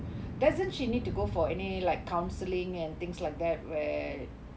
doesn't she need to go for any like counselling and things like that where